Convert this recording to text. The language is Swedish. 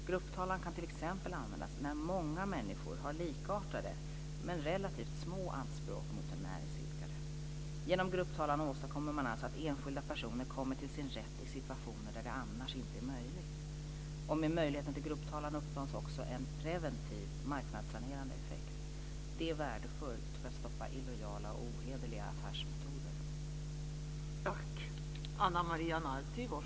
Grupptalan kan t.ex. användas när många människor har likartade, men relativt små anspråk mot en näringsidkare. Genom grupptalan åstadkommer man alltså att enskilda personer kommer till sin rätt i situationer där det annars inte är möjligt. Med möjligheten till grupptalan uppnås också en preventiv, marknadssanerande effekt. Det är värdefullt för att stoppa illojala och ohederliga affärsmetoder.